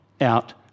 out